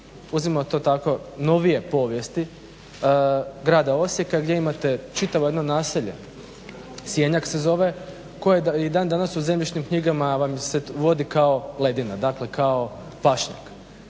uzmimo to tako novije povijesti grada Osijeka gdje imate čitavo jedno naselje Sjenjak se zove koje i dan danas u zemljišnim knjigama vam se vodi kao ledina, dakle kao pašnjak.